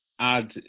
add